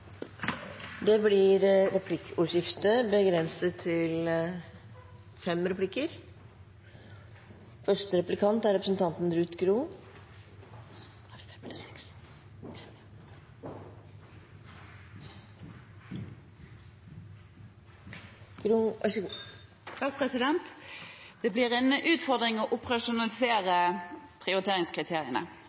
Det blir replikkordskifte. Det blir en utfordring å operasjonalisere prioriteringskriteriene.